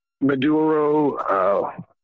Maduro